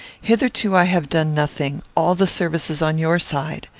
hitherto i have done nothing. all the service is on your side.